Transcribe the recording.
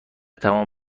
تمام